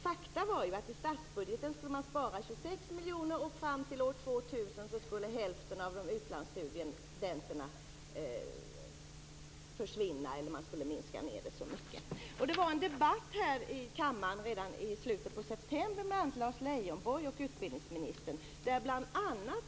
Faktum är att man enligt statsbudgeten skulle spara 26 miljoner kronor och fram till år 2000 skulle antalet utlandsstudenter skäras ned till hälften. Redan i slutet av september fördes en debatt här i kammaren mellan Lars Leijonborg och utbildningsministern.